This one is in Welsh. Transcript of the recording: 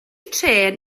trên